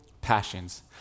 passions